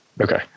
Okay